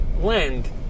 land